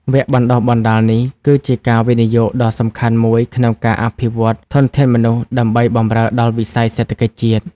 វគ្គបណ្តុះបណ្តាលនេះគឺជាការវិនិយោគដ៏សំខាន់មួយក្នុងការអភិវឌ្ឍធនធានមនុស្សដើម្បីបម្រើដល់វិស័យសេដ្ឋកិច្ចជាតិ។